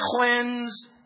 Cleanse